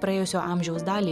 praėjusio amžiaus dalį